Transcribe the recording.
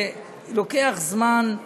ולוקח זמן,